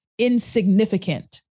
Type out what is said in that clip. insignificant